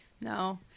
No